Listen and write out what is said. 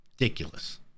ridiculous